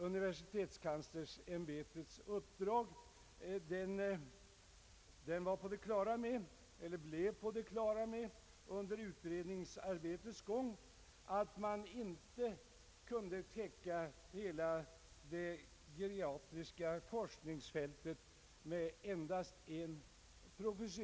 Universitetskanslersämbetets expertkommitté blev under utredningsarbetets gång på det klara med att man inte kunde täcka hela det geriatriska forskningsfältet med endast en professur.